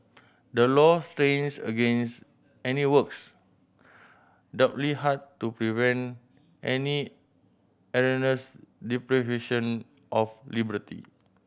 the law strains against any works doubly hard to prevent any erroneous deprivation of liberty